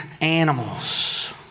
animals